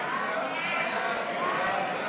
הצעת ועדת הכנסת בדבר